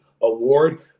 award